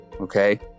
okay